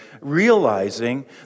realizing